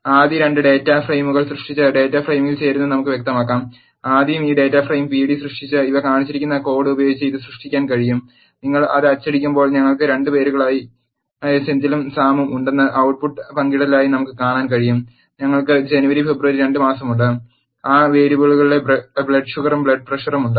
ആദ്യം 2 ഡാറ്റ ഫ്രെയിമുകൾ സൃഷ്ടിച്ച് ഡാറ്റാ ഫ്രെയിമുകളിൽ ചേരുന്നത് നമുക്ക് വ്യക്തമാക്കാം ആദ്യം ഈ ഡാറ്റ ഫ്രെയിം p d സൃഷ്ടിക്കാം ഇവിടെ കാണിച്ചിരിക്കുന്ന കോഡ് ഉപയോഗിച്ച് ഇത് സൃഷ്ടിക്കാൻ കഴിയും നിങ്ങൾ അത് അച്ചടിക്കുമ്പോൾ ഞങ്ങൾക്ക് 2 പേരുകളായ സെന്തിലും സാമും ഉണ്ടെന്ന് output ട്ട് പുട്ട് പങ്കിടലായി കാണാൻ കഴിയും ഞങ്ങൾക്ക് ജനുവരി ഫെബ്രുവരി 2 മാസമുണ്ട് ആ വേരിയബിളുകളുടെ ബ്ലഡ് ഷുഗറും ബ്ലഡ് പ്രഷറും ഉണ്ട്